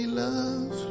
love